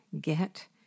get